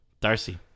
Darcy